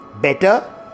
Better